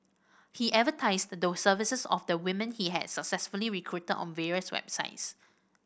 he advertised the services of the women he had successfully recruited on various websites